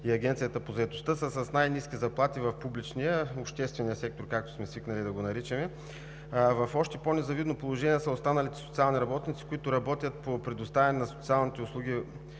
и Агенцията по заетостта, са с най-ниски заплати в публичния, обществения сектор, както сме свикнали да го наричаме. В още по-незавидно положение са останалите социални работници, които работят по предоставяне на социалните услуги